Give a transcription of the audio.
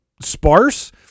sparse